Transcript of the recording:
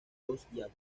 agustinos